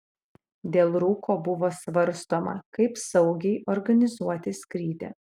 dėl rūko buvo svarstoma kaip saugiai organizuoti skrydį